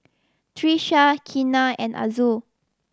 Trisha Keena and Azul